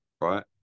right